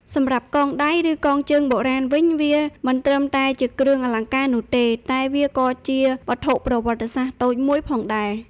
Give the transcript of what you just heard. សម្រាប់ កងដៃ ឬកងជើងបុរាណ វិញ វាមិនត្រឹមតែជាគ្រឿងអលង្ការនោះទេ តែវាក៏ជា វត្ថុប្រវត្តិសាស្ត្រ តូចមួយផងដែរ។